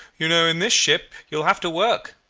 you know, in this ship you will have to work